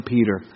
Peter